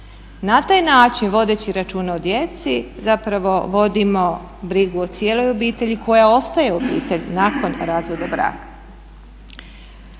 Na taj način vodeći računa o djeci zapravo vodimo brigu o cijeloj obitelji koja ostaje obitelj nakon razvoda braka.